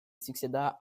succéda